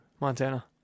Montana